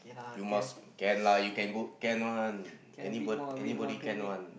you must can lah you can go can one anybody can one